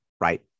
right